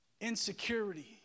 Insecurity